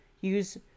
use